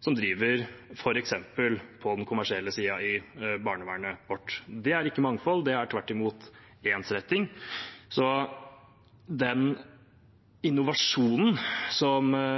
som f.eks. driver på den kommersielle siden i barnevernet vårt. Det er ikke mangfold; det er tvert imot ensretting. Den innovasjonen